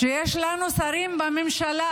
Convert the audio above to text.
כשיש לנו שרים בממשלה,